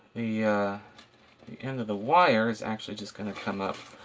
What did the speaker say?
yeah the end of the wire is actually just going to come up